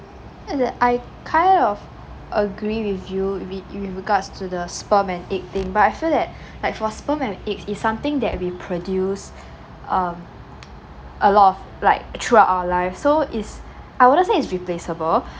and then I kind of agree with you re~ with regards to the sperm and egg thing but I feel that like for sperm and egg it's something that we produce um a lot of like throughout our life so it's I wouldn't say is replaceable